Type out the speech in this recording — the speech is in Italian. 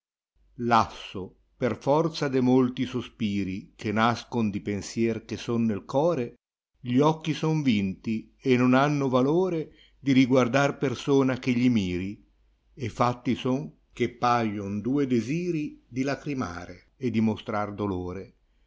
xjnsso per forza de molti sospiri che nascoa di pensier che son nel core gli occhi son vinti e non hanno valore di riguardar persona che li miri e fatti son che paìon due desiri di lagrimare e di mostrar dolore